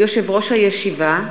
יושב-ראש הישיבה,